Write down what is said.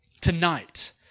tonight